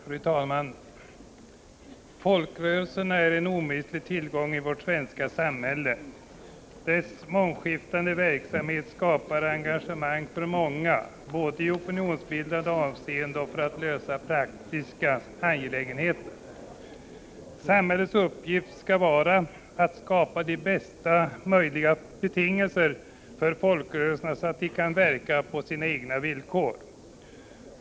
Fru talman! Folkrörelserna är en omistlig tillgång i vårt svenska samhälle. Deras mångskiftande verksamhet skapar engagemang för många — både i opinionsbildande avseende och för att lösa praktiska angelägenheter. Samhällets uppgift skall vara att skapa bästa möjliga betingelser för folkrörelserna så att de kan verka på sina egna villkor.